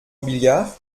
robiliard